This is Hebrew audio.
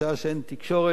בשעה שאין תקשורת,